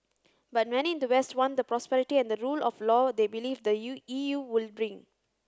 but many in the west want the prosperity and the rule of law they believe the U E U would bring